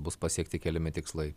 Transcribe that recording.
bus pasiekti keliami tikslai